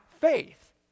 faith